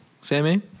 Sammy